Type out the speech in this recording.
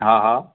હા હા